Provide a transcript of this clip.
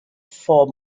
for